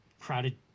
crowded